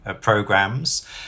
programs